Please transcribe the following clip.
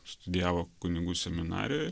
studijavo kunigų seminarijoj